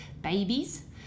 Babies